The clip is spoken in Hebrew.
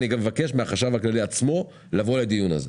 אני גם מבקש מהחשב הכללי עצמו לבוא לדיון הזה.